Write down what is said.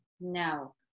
No